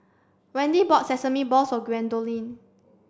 Wendy bought sesame balls for Gwendolyn